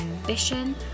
ambition